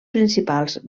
principals